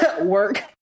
work